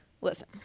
Listen